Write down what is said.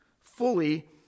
fully